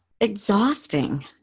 exhausting